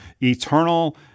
eternal